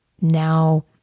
now